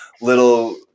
little